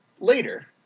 later